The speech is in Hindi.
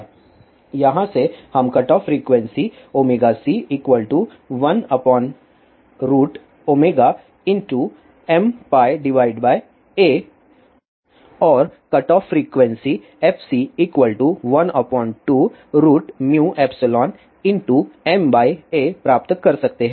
यहां से हम कटऑफ फ्रीक्वेंसी c1μma और कटऑफ फ्रीक्वेंसी fc12μϵmaप्राप्त कर सकते है